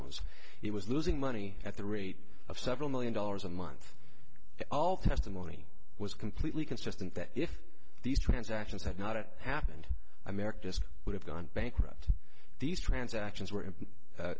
loans it was losing money at the rate of several million dollars a month all testimony was completely consistent that if these transactions had not it happened america would have gone bankrupt these transactions were